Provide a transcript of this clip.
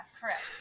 correct